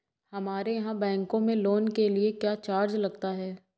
हमारे यहाँ बैंकों में लोन के लिए क्या चार्ज लगता है?